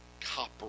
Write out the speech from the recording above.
copper